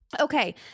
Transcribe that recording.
Okay